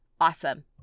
Awesome